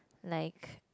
like